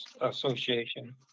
association